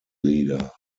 leader